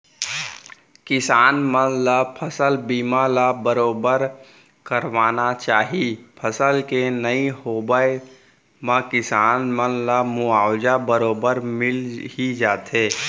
किसान मन ल फसल बीमा ल बरोबर करवाना चाही फसल के नइ होवब म किसान मन ला मुवाजा बरोबर मिल ही जाथे